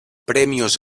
premios